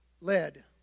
led